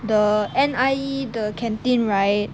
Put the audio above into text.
the N_I_E the canteen right